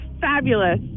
fabulous